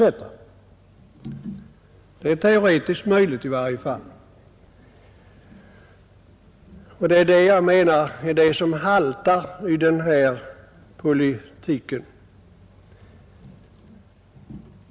Det är i varje fall teoretiskt möjligt, och det är detta jag anser vara det som haltar i den här politiken.